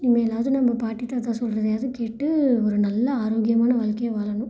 இனிமேலாவது நம்ம பாட்டி தாத்தா சொல்கிறதையாவது கேட்டு ஒரு நல்ல ஆரோக்கியமான வாழ்க்கையை வாழணும்